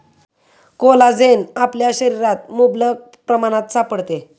collagen आपल्या शरीरात मुबलक प्रमाणात सापडते